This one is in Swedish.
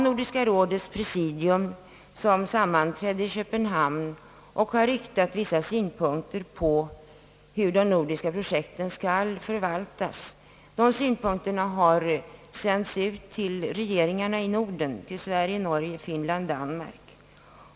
Nordiska rådets presidium har sammanträtt i Köpenhamn och riktat vissa synpunkter på hur de nordiska projekten skall förvaltas till regeringarna i Norden — till Sverige, Norge, Finland och Danmark.